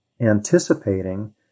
anticipating